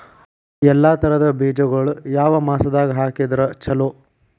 ಎಲ್ಲಾ ತರದ ಬೇಜಗೊಳು ಯಾವ ಮಾಸದಾಗ್ ಹಾಕಿದ್ರ ಛಲೋ?